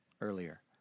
earlier